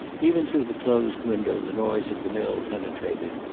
even through the closed window the noise of the mill penetrated.